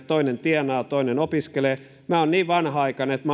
toinen tienaa toinen opiskelee minä olen niin vanhanaikainen että